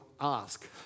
ask